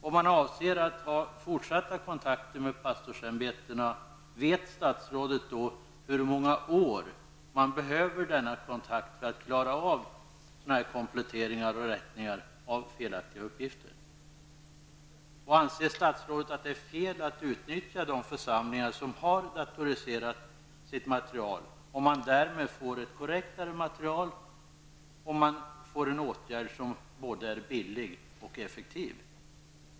Om man avser att ha fortsatta kontakter med pastorsämbetena, vet statsrådet hur många år man behöver denna kontakt för att klara av kompletteringar och rättningar av felaktiga uppgifter? Anser statsrådet att det är fel att utnyttja de församlingar som har datoriserat sitt material om man därmed får ett korrektare material? Den åtgärden är både billig och effektiv.